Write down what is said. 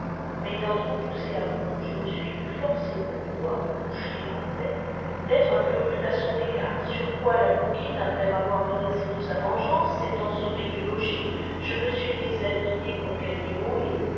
m'ayaiit trop poussé à bout je me suis vu forcé pour pouvoir me coucher en paix d'être un peu rude à son égard sur quoi la coquine après m'avoir menacé de sa vengeance s'élant sauvée du logis je me suis déshabillé pour gagner mon lit